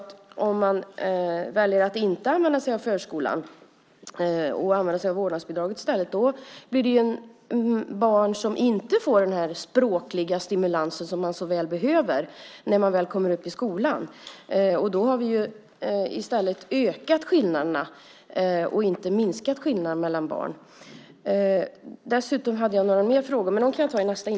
Om man väljer att inte använda sig av förskolan utan i stället använder sig av vårdnadsbidraget blir det ju barn som inte får den språkliga stimulans som de så väl behöver när de kommer upp i skolan. Då har vi i stället ökat och inte minskat skillnaderna mellan barn.